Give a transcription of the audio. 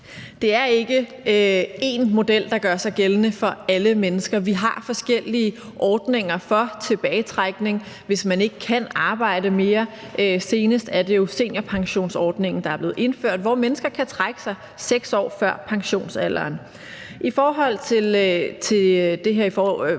Det er ikke én model, der gør sig gældende for alle mennesker. Vi har forskellige ordninger for tilbagetrækning, hvis man ikke kan arbejde mere. Senest er det jo seniorpensionsordningen, der er blevet indført, og som betyder, at mennesker kan trække sig 6 år før pensionsalderen. I forhold til hvornår